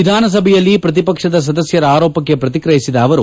ವಿಧಾನಸಭೆಯಲ್ಲಿ ಪ್ರತಿಪಕ್ಷದ ಸದಸ್ನರ ಆರೋಪಕ್ಕೆ ಪ್ರತಿಕ್ರಿಯಿಸಿದ ಅವರು